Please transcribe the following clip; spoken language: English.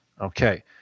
Okay